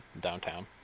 downtown